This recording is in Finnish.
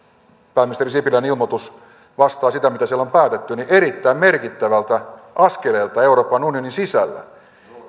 pääministeri sipilän ilmoitus vastaa sitä mitä siellä on päätetty erittäin merkittävältä askeleelta euroopan unionin sisällä